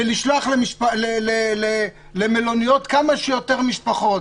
לשלוח למלוניות כמה שיותר משפחות,